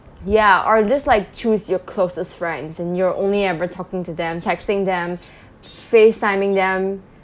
ya or just like choose your closest friends and you're only ever talking to them texting them face timing them